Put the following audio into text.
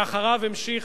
ואחריו המשיך,